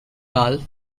ralph